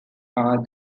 are